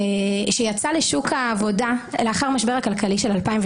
שיצא לשוק העבודה לאחר המשבר הכלכלי של 2008,